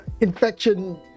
infection